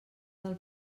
del